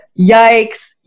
yikes